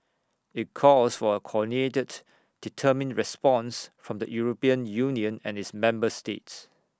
IT calls for A coordinated determined response from the european union and its member states